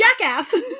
jackass